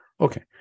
Okay